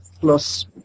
plus